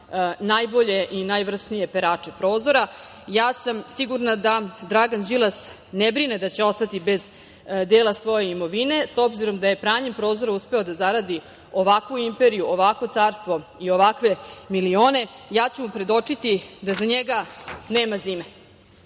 najbolje i najvrsnije perače prozora. Sigurna sam da Dragan Đilas ne brine da će ostati bez dela svoje imovine, s obzirom da je pranjem prozora uspeo da zaradi ovakvu imperiju, ovakvo carstvo i ovakve milione. Predočiću vam da za njega nema zime.